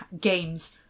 games